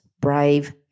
brave